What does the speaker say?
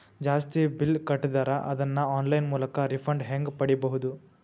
ಜಾಸ್ತಿ ಬಿಲ್ ಕಟ್ಟಿದರ ಅದನ್ನ ಆನ್ಲೈನ್ ಮೂಲಕ ರಿಫಂಡ ಹೆಂಗ್ ಪಡಿಬಹುದು?